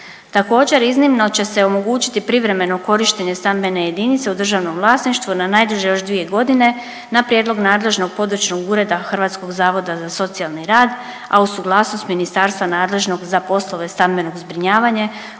Također iznimno će se omogućiti privremeno korištenje stambene jedinice u državnom vlasništvu na najduže još 2.g. na prijedlog nadležnog područnog ureda Hrvatskog zavoda za socijalni rad, a uz suglasnost ministarstva nadležnog za poslove stambenog zbrinjavanje